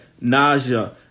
nausea